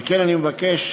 על כן, אבקש